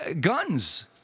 guns